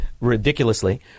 ridiculously